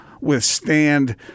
withstand